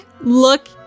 look